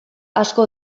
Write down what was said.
asko